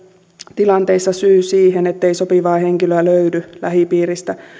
tilanteissa syy siihen ettei sopivaa henkilöä löydy lähipiiristä